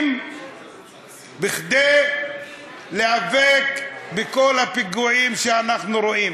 כדי להיאבק בכל הפיגועים שאנחנו רואים.